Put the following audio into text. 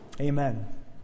Amen